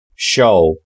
Show